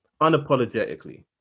Unapologetically